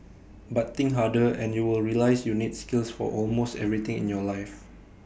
but think harder and you will realise you need skills for almost everything in your life